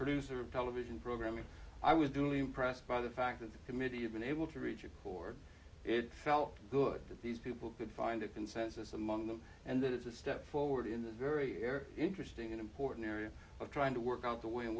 producer of television programming i was duly impressed by the fact that the committee had been able to reach it before it felt good that these people could find a consensus among them and that it's a step forward in the very air interesting an important area of trying to work out the way in